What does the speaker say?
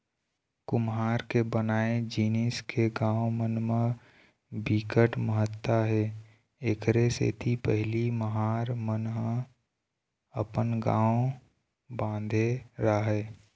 कुम्हार के बनाए जिनिस के गाँव मन म बिकट महत्ता हे एखरे सेती पहिली महार मन ह अपन गाँव बांधे राहय